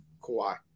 Kawhi